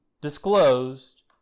disclosed